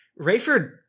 rayford